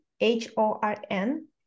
H-O-R-N